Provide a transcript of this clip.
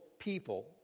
people